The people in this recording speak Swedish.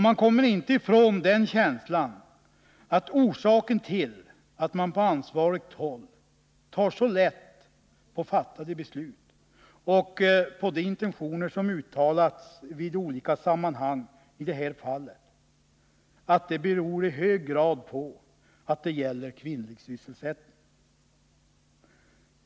Jag kommer inte ifrån känslan att det förhållandet att man på ansvarigt håll tar så lätt på fattade beslut och på de intentioner som uttalats i olika sammanhang i det här fallet i hög grad beror på att det gäller sysselsättning för kvinnor.